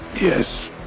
Yes